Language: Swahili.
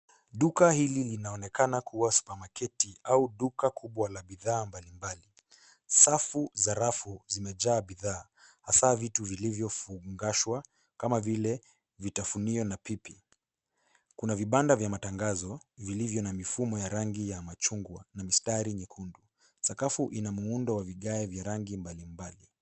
Duka hili linaonekana kuwa supamaketi au duka kubwa la bidhaa mbalimbali, safu za rafu zimejaa bidhaa hasa vitu vilivyofungashwa kama vile vitafunio na pipi, kuna vibanda vya matangazo vilivyo na mifumo ya rangi ya machungwa na mistari nyekundu sakafu ina vigae vya rangi mbalimbali.